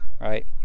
Right